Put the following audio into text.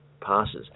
passes